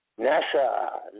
NASA